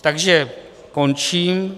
Takže končím.